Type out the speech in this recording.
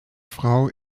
frau